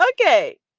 Okay